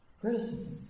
criticism